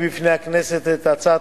אנחנו עוברים לסעיף 11 בסדר-היום: הצעת